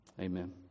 Amen